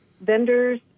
vendors